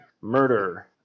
murder